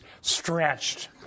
stretched